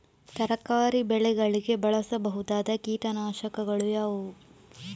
ತರಕಾರಿ ಬೆಳೆಗಳಿಗೆ ಬಳಸಬಹುದಾದ ಕೀಟನಾಶಕಗಳು ಯಾವುವು?